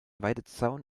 weidezaun